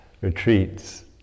retreats